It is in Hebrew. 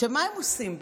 מה הם עושים בעצם?